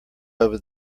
over